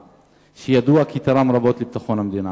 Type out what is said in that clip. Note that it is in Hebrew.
שידוע שתרם רבות לביטחון המדינה?